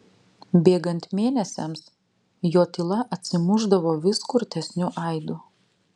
bėgant mėnesiams jo tyla atsimušdavo vis kurtesniu aidu